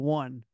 one